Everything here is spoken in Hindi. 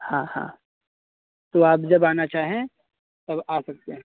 हाँ हाँ तो आप जब आना चाहें तब आ सकते हैं